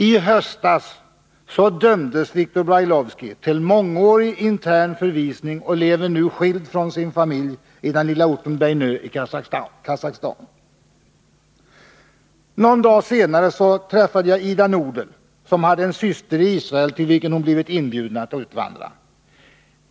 I höstas dömdes Victor Brailovsky till mångårig intern förvisning och lever nu skild från sin familj i den lilla orten Beineu i Kazakstan. Jag träffade någon dag senare Ida Nudel, som hade en syster i Israel till vilken hon blivit inbjuden att utvandra.